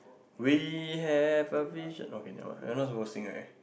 we have a vision okay never mind you all know how to sing right